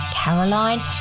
Caroline